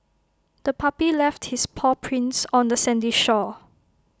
the puppy left its paw prints on the sandy shore